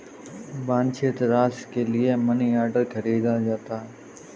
वांछित राशि के लिए मनीऑर्डर खरीदा जाता है